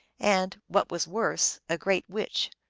and, what was worse, a great witch,